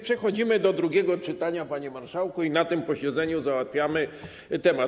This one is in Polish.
Przechodzimy więc do drugiego czytania, panie marszałku, i na tym posiedzeniu załatwiamy temat.